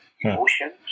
emotions